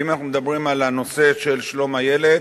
ואם אנחנו מדברים על הנושא של שלום הילד,